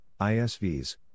ISVs